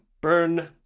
burn